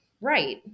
right